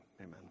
amen